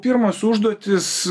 pirmas užduotis